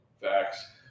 Facts